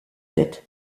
tête